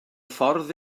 ffordd